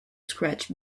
scratch